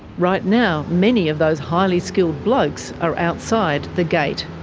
right now, many of those highly skilled blokes are outside the gate.